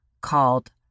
called